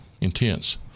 intense